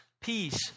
peace